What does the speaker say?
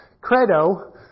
credo